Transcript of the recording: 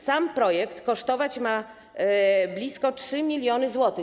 Sam projekt kosztować ma blisko 3 mln zł.